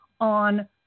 on